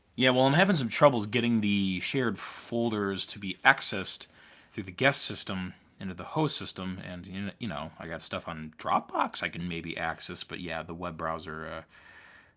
yeah, well i'm having some troubles getting the shared folders to be accessed through the guest system into the host system. and you know you know i got stuff on dropbox i can maybe access. but yeah the web browser